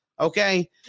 okay